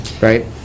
right